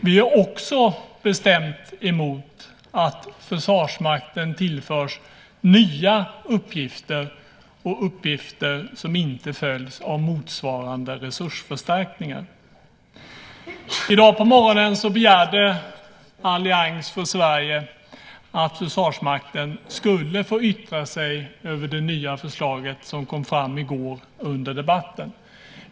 Vi är också bestämt emot att Försvarsmakten tillförs nya uppgifter och uppgifter som inte följs av motsvarande resursförstärkningar. I dag på morgonen begärde Allians för Sverige att Försvarsmakten skulle få yttra sig över det nya förslag som kom fram i går under debatten.